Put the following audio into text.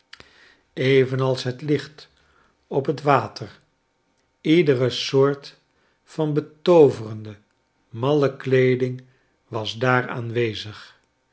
evenals het licht op het water iedere soort van betooverende malle kleeding was daar aanwezig